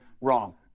wrong